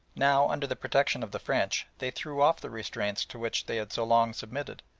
now, under the protection of the french, they threw off the restraints to which they had so long submitted,